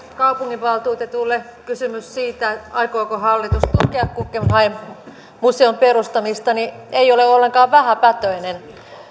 kaupunginvaltuutetuille kysymys siitä aikooko hallitus tukea guggenheim museon perustamista ei ole ollenkaan vähäpätöinen